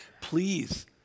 please